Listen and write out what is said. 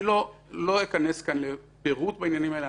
אני לא אכנס לפירוט בעניינים האלה,